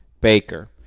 Baker